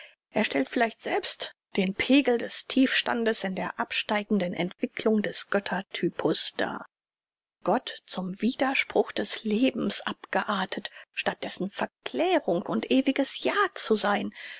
er stellt vielleicht selbst den pegel des tiefstands in der absteigenden entwicklung des göttertypus dar gott zum widerspruch des lebens abgeartet statt dessen verklärung und ewiges ja zu sein